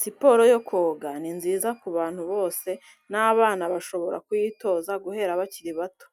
Siporo yo koga ni nziza ku bantu bose, n'abana bashobora kuyitoza guhera bakiri bato,